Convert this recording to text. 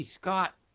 Scott